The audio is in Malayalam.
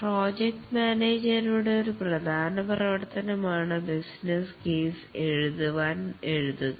പ്രോജക്റ്റ് മാനേജരുടെ ഒരു പ്രധാന പ്രവർത്തനമാണ് ബിസിനസ് കേസ് എഴുതുക